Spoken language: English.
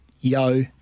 Yo